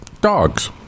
dogs